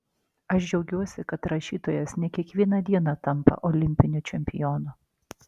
aš džiaugiuosi kad rašytojas ne kiekvieną dieną tampa olimpiniu čempionu